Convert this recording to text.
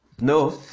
No